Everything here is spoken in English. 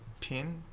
pin